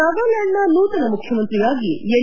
ನಾಗಾಲ್ಕಾಂಡ್ನ ನೂತನ ಮುಖ್ಚಮಂತ್ರಿಯಾಗಿ ಎನ್